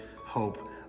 hope